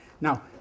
Now